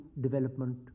development